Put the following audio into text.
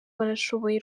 barashoboye